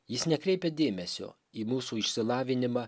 jis nekreipia dėmesio į mūsų išsilavinimą